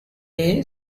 day